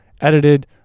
edited